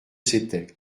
c’était